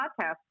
podcast